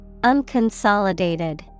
Unconsolidated